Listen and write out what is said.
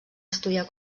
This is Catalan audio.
estudiar